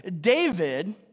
David